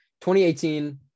2018